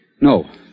No